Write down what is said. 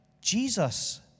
Jesus